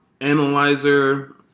Analyzer